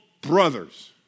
Brothers